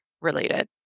Related